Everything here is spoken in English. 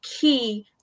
key